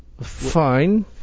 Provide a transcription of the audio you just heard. Fine